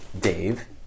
Dave